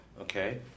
Okay